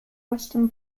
western